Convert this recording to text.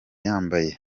yambaye